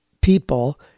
people